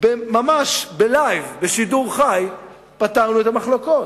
ממש ב"לייב", בשידור חי, אנחנו פתרנו את המחלוקות.